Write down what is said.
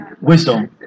wisdom